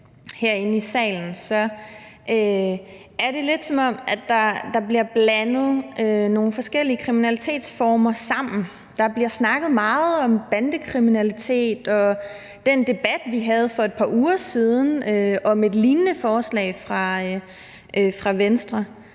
herinde i salen, hører jeg det lidt, som om der bliver blandet nogle forskellige kriminalitetsformer sammen. Der bliver snakket meget om bandekriminalitet og den debat, vi havde for et par uger siden, om et lignende forslag fra Venstre,